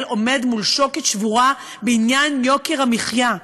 עומד מול שוקת שבורה בעניין יוקר המחיה.